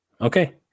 Okay